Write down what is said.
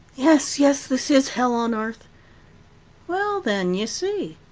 yes, yes! this is hell on earth well, then, you see.